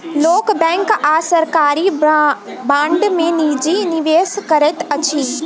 लोक बैंक आ सरकारी बांड में निजी निवेश करैत अछि